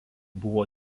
buvo